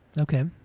Okay